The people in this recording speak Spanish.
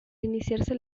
iniciarse